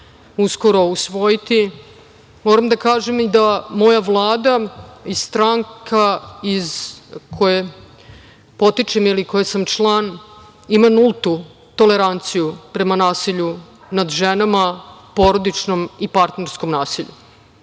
uskoro usvojiti, moram da kažem i da moja Vlada i stranka iz koje potičem ili koje sam član ima nultu toleranciju prema nasilju nad ženama, porodičnom i partnerskom nasilju. Ovo